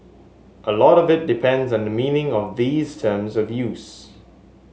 a lot of it depends on the meaning of these terms of use